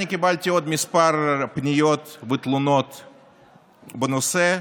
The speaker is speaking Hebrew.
קיבלתי עוד כמה פניות ותלונות בנושא,